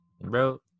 Bro